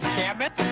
cab it?